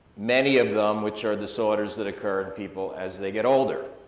many of them which are disorders that occur in people as they get older.